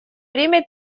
время